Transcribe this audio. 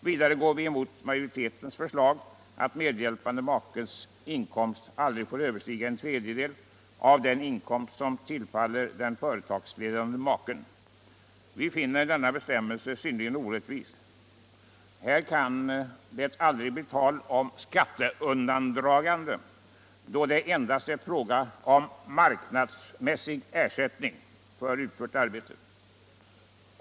Vidare går vi emot majoritetens förslag att medhjälpande makes inkomst aldrig får överstiga en tredjedel av den inkomst som tillfaller den företagsledande maken. Vi finner denna bestämmelse synnerligen orättvis. Här kan det aldrig bli tal om skatteundandragande, eftersom det endast är fråga om marknadsmässig ersättning för utfört arbete.